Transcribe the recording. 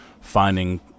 finding